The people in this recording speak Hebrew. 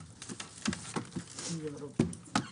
הישיבה ננעלה בשעה 09:15.